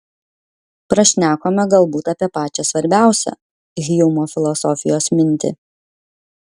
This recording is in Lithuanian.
prašnekome galbūt apie pačią svarbiausią hjumo filosofijos mintį